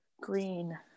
green